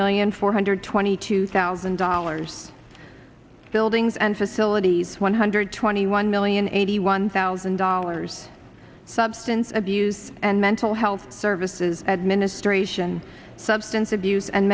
million four hundred twenty two thousand dollars buildings and facilities one hundred twenty one million eighty one thousand dollars substance abuse and mental health services administration substance abuse and